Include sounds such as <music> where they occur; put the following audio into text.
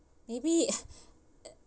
maybe <noise>